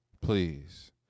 Please